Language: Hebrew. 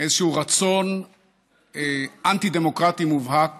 איזשהו רצון אנטי-דמוקרטי מובהק